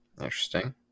Interesting